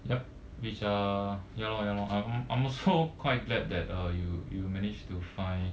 yup which uh ya lor ya lor I'm I'm also quite glad that uh you you managed to find